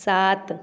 सात